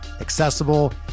accessible